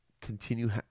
continue